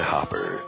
Hopper